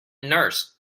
nurse